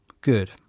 good